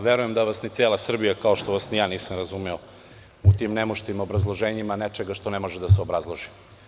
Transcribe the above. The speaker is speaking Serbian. Verujem da vas ni cela Srbija, kao što vas ni ja nisam razumeo, tim nemuštim obrazloženjima nečega što ne može da se obrazloži.